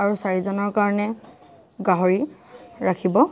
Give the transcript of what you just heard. আৰু চাৰিজনৰ কাৰণে গাহৰি ৰাখিব